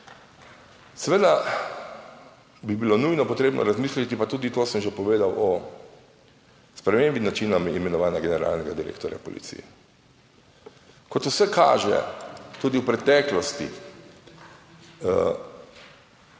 Seveda bi bilo nujno potrebno razmisliti, pa tudi to sem že povedal, o spremembi načina imenovanja generalnega direktorja policije. Kot vse kaže, tudi v preteklosti